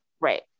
right